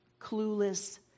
clueless